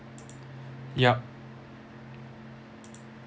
yup